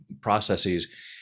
processes